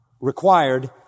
required